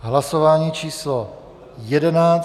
Hlasování číslo 11.